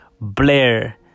Blair